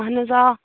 اہن حظ آ